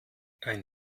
ein